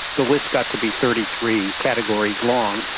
the list got to be thirty three categories long,